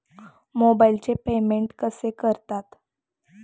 मोबाइलचे पेमेंट कसे करतात?